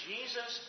Jesus